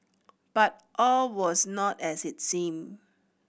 but all was not as it seemed